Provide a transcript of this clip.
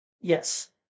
yes